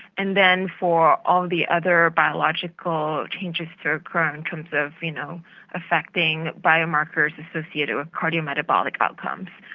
and then for all the other biological changes to occur in terms of you know affecting biomarkers associated with cardio metabolic outcomes.